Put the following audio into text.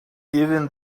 even